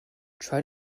try